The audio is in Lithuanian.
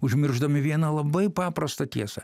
užmiršdami vieną labai paprastą tiesą